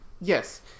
Yes